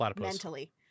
mentally